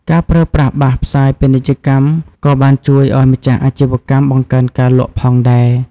ការប្រើប្រាស់បាសផ្សាយពាណិជ្ជកម្មក៏បានជួយឱ្យម្ចាស់អាជីវកម្មបង្កើនការលក់ផងដែរ។